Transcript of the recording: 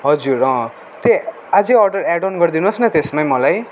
हजुर अँ त्यो अझै अर्डर एड अन गरिदिनु होस् न त्यसमै मलाई